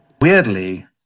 Weirdly